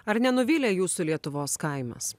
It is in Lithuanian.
ar nenuvylė jūsų lietuvos kaimas